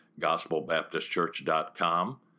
gospelbaptistchurch.com